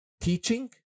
teaching